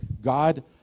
God